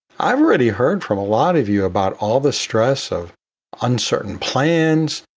i've already heard from a lot of you about all the stress of uncertain plans,